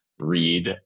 read